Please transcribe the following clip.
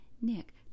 Nick